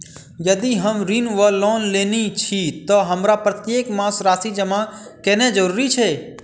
यदि हम ऋण वा लोन लेने छी तऽ हमरा प्रत्येक मास राशि जमा केनैय जरूरी छै?